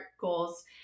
goals